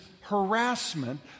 harassment